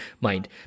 mind